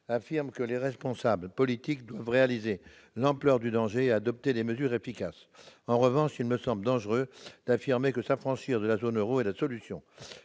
affirme que les responsables politiques doivent réaliser l'ampleur du danger et adopter des mesures efficaces. En revanche, il me semble dangereux d'affirmer que s'affranchir de la zone euro est la solution.